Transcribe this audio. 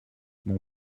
mon